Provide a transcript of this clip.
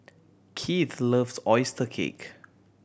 Kieth loves oyster cake